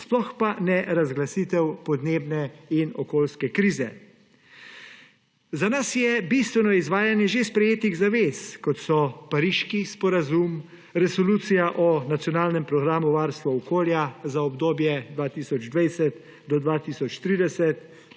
sploh pa ne razglasitev podnebne in okoljske krize. Za nas je bistveno izvajanje že sprejetih zavez, kot so Pariški sporazum, Resolucija o Nacionalnem programu o varstvu okolja za obdobje 2020–2030,